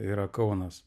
yra kaunas